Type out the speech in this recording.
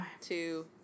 two